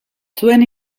zuen